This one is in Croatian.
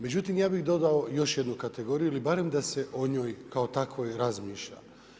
Međutim ja bih dodao još jednu kategoriju ili barem da se o njoj kao takvoj razmišlja.